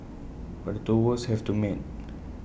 but the two worlds have to meet